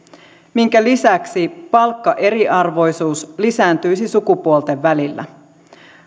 minkä lisäksi palkkaeriarvoisuus lisääntyisi sukupuolten välillä